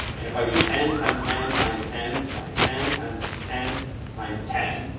and if i do ten times ten times ten times ten times ten times ten.